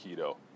keto